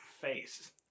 face